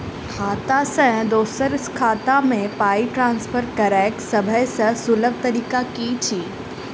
खाता सँ दोसर खाता मे पाई ट्रान्सफर करैक सभसँ सुलभ तरीका की छी?